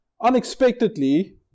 unexpectedly